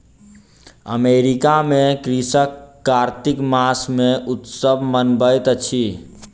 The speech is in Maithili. अमेरिका में कृषक कार्तिक मास मे उत्सव मनबैत अछि